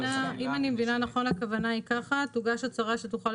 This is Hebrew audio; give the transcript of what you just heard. אם אני מבינה נכון הכוונה היא ככה תוגש הצהרה שתוקפה